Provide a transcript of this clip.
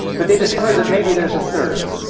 but they discovered that maybe there is a third,